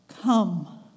Come